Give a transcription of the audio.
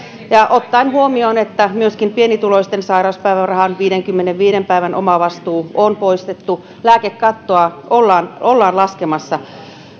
ottaen huomioon että myöskin pienituloisten sairauspäivärahan viidenkymmenenviiden päivän omavastuu on poistettu ja lääkekattoa ollaan ollaan laskemassa